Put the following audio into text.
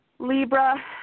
Libra